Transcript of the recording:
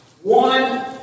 One